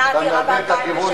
היתה עתירה ב-2003,